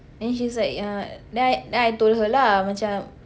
then she's like eh then I then I told her lah macam